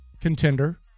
contender